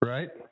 Right